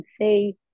say